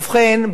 ובכן,